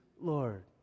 Lord